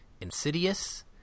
Insidious